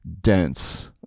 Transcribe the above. dense